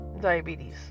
diabetes